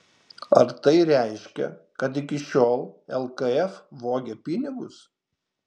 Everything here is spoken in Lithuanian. ar tai reiškia kad iki šiol lkf vogė pinigus